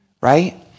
right